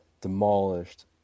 demolished